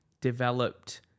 developed